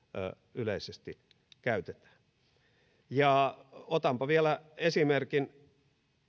yleisesti käytetään otanpa vielä esimerkin